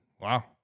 Wow